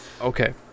Okay